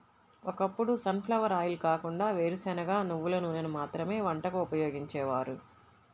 ఒకప్పుడు sunflower oil కాకుండా వేరుశనగ, నువ్వుల నూనెను మాత్రమే వంటకు ఉపయోగించేవారు